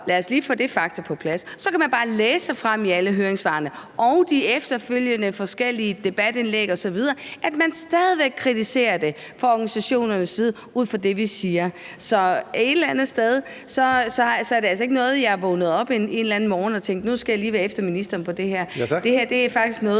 lad os lige få det faktum på plads. Så kan man bare læse sig frem til i alle høringssvarene og efterfølgende i de forskellige debatindlæg osv., at man stadig væk kritiserer det fra organisationernes side ud fra det, vi siger. Så et eller andet sted vil jeg sige, at det altså ikke er noget, som jeg er vågnet op og har tænkt en eller anden morgen, altså at jeg nu lige skal være efter ministeren på det her. Det her er faktisk noget,